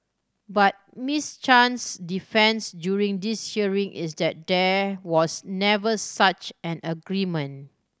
but Miss Chan's defence during this hearing is that there was never such an agreement